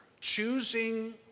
choosing